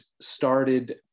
started